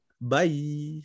Bye